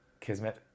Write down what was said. Kismet